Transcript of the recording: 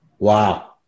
Wow